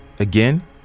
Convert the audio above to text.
Again